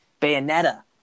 Bayonetta